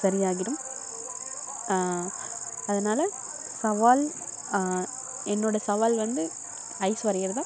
சரியாகிடும் அதனால சவால் என்னோட சவால் வந்து ஐஸ் வரைகிறதுதான்